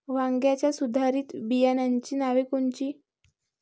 वांग्याच्या सुधारित बियाणांची नावे कोनची?